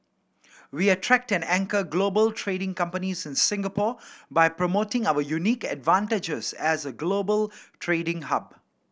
we attract and anchor global trading companies in Singapore by promoting our unique advantages as a global trading hub